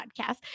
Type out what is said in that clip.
podcast